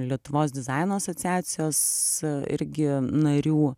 lietuvos dizaino asociacijos irgi narių